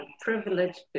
privileged